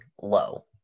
low